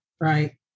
right